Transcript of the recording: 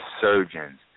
surgeons